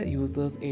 users